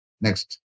Next